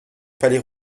palais